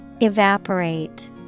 Evaporate